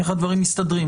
איך הדברים מסתדרים?